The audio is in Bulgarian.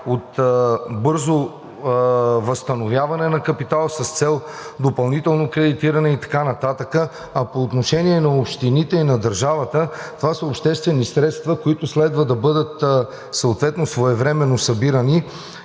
от бързо възстановяване на капитала с цел допълнително кредитиране и така нататък. А по отношение на общините и на държавата – това са обществени средства, които следва да бъдат съответно своевременно събирани